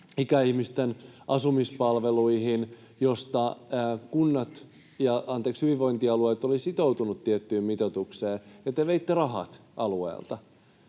ikäihmisten asumispalveluihin, joissa hyvinvointialueet olivat sitoutuneet tiettyyn mitoitukseen, ja te veitte rahat alueelta.